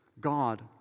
God